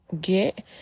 get